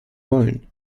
wollen